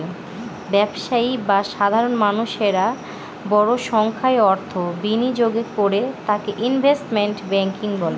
ব্যবসায়ী বা সাধারণ মানুষেরা বড় সংখ্যায় অর্থ বিনিয়োগ করে তাকে ইনভেস্টমেন্ট ব্যাঙ্কিং বলে